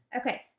Okay